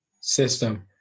system